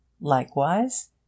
Likewise